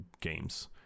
games